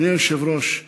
אדוני היושב-ראש,